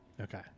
Okay